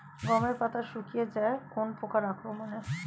গমের পাতা শুকিয়ে যায় কোন পোকার আক্রমনে?